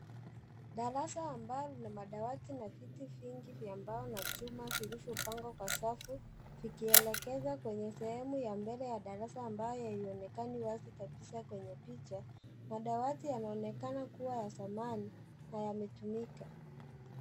Darasa ambalo lina madawati na viti vingi vya mbao na chuma vilivyopangwa kwa safu, vikielekezwa kwenye sehemu ya mbele ya darasa ambayo haionekani wazi kabisa kwenye picha. Madawati yanaonekana kuwa ya zamani na yametumika.